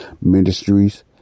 ministries